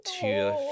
two